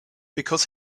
because